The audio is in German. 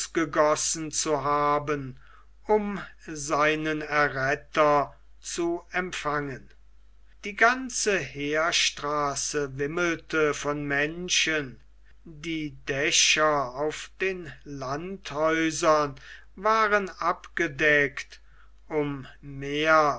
ausgegossen zu haben um seinen erretter zu empfangen die ganze heerstraße wimmelte von menschen die dächer auf den landhäusern waren abgedeckt um mehr